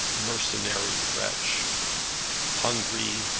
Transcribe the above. mercenary wretch hungry,